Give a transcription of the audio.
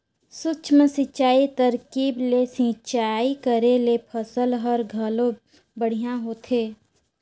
सूक्ष्म सिंचई तरकीब ले सिंचई करे ले फसल हर घलो बड़िहा होथे